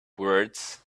words